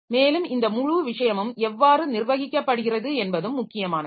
மேலும் இந்த முழு விஷயமும் எவ்வாறு நிர்வகிக்கப்படுகிறது என்பதும் முக்கியமானது